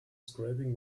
scraping